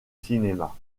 cinéma